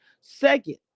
second